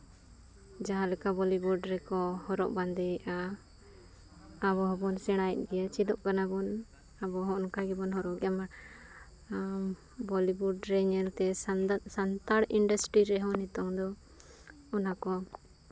ᱡᱟᱦᱟᱸ ᱞᱮᱠᱟ ᱵᱚᱞᱤᱭᱩᱰ ᱨᱮᱠᱚ ᱦᱚᱨᱚᱜ ᱵᱟᱸᱫᱮᱭᱮᱫᱼᱟ ᱟᱵᱚ ᱦᱚᱸᱵᱚᱱ ᱥᱮᱬᱟᱭᱮᱫ ᱜᱮᱭᱟ ᱪᱮᱫᱚᱜ ᱠᱟᱱᱟ ᱵᱚᱱ ᱟᱵᱚ ᱦᱚᱸ ᱚᱱᱠᱟ ᱜᱮᱵᱚᱱ ᱦᱚᱨᱚᱜᱮᱫᱼᱟ ᱢᱟ ᱵᱚᱞᱤᱭᱩᱰ ᱨᱮ ᱧᱮᱞᱛᱮ ᱥᱟᱱᱛᱟᱲ ᱤᱱᱰᱟᱥᱴᱨᱤ ᱨᱮᱦᱚᱸ ᱱᱤᱛᱚᱝ ᱫᱚ ᱚᱱᱟ ᱠᱚ